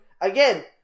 again